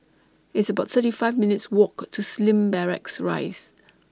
It's about thirty five minutes' Walk to Slim Barracks Rise